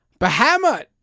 Bahamut